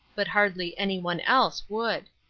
but hardly any one else would.